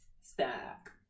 Stack